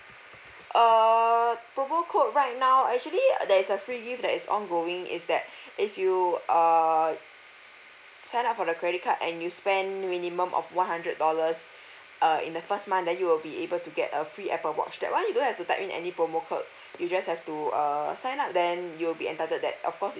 err promo code right now actually there's a free gift that is ongoing is that if you err sign up for the credit card and you spend minimum of one hundred dollars uh in the first month then you'll be able to get a free Apple watch that one you don't have to type in any promo code you just have to err sign up then you'll be entitled that of course